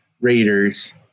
Raiders